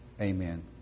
Amen